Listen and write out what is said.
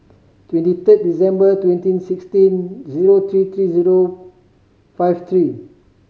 twenty third December twenty sixteen zero three three zero five three